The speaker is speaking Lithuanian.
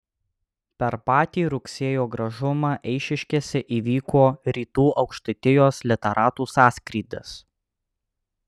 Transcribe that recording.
per patį rugsėjo gražumą eišiškėse įvyko rytų aukštaitijos literatų sąskrydis